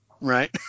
Right